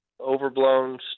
overblown